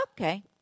okay